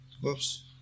whoops